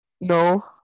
No